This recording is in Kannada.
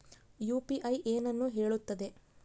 ಯು.ಪಿ.ಐ ಏನನ್ನು ಹೇಳುತ್ತದೆ?